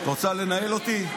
את רוצה לנהל אותי?